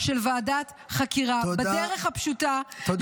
של ועדת חקירה --- בדרך הפשוטה" -- תודה רבה.